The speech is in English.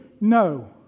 No